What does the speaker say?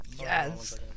Yes